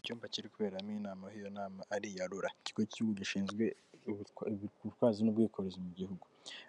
Icyumba kiri kuberamo inama, aho iyo nama ari iya RURA, ikigo cy'igihugu gishinzwe ubutwazi n'ubwikorezi mu gihugu,